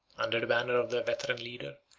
under the banner of their veteran leader,